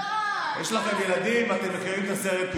רק עכשיו היא שמעה את זה.